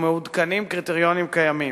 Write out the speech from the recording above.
ומעודכנים קריטריונים קיימים.